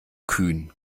kühn